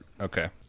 okay